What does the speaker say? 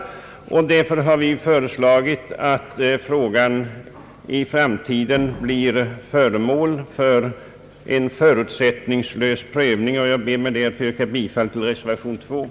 Därför har vi föreslagit att frågan skall bli föremål för en förutsättningslös prövning. Jag ber med det anförda att få yrka bifall till reservation II.